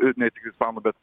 ir ne tik ispanų bet